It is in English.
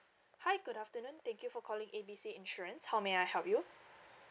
hi good afternoon thank you for calling A B C insurance how may I help you